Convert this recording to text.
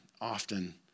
often